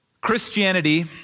Christianity